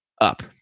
up